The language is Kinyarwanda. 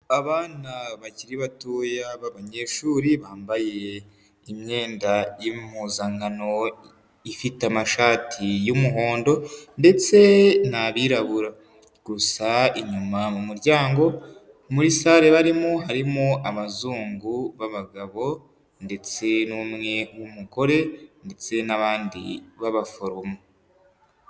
Abana bakiri batoya b'abanyeshuri, bambaye imyenda y'impuzankano ifite amashati y'umuhondo ndetse n'abirabura. Gusa inyuma mu muryango muri sale barimo harimo abazungu b'abagabo ndetse n'umwe w'umugore ndetse n'abandi b'abaforomo.